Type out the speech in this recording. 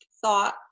thought